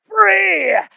free